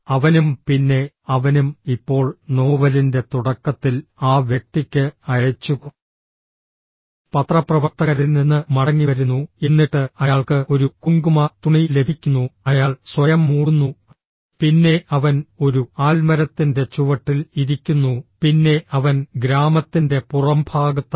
അവനും പിന്നെ അവനും ഇപ്പോൾ നോവലിന്റെ തുടക്കത്തിൽ ആ വ്യക്തിക്ക് അയച്ചു പത്രപ്രവർത്തകരിൽ നിന്ന് മടങ്ങിവരുന്നു എന്നിട്ട് അയാൾക്ക് ഒരു കുങ്കുമ തുണി ലഭിക്കുന്നു അയാൾ സ്വയം മൂടുന്നു പിന്നെ അവൻ ഒരു ആൽമരത്തിൻറെ ചുവട്ടിൽ ഇരിക്കുന്നു പിന്നെ അവൻ ഗ്രാമത്തിൻറെ പുറംഭാഗത്താണ്